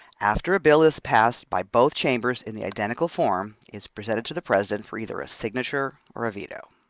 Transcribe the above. after a bill is passed by both chambers in the identical form, it is presented to the president for either a signature or a veto.